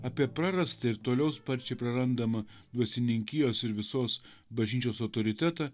apie prarastą ir toliau sparčiai prarandamą dvasininkijos ir visos bažnyčios autoritetą